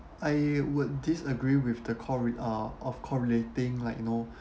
I would disagree with the core~ uh of correlating like you know